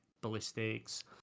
ballistics